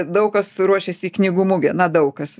daug kas ruošiasi į knygų mugę na daug kas